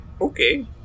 Okay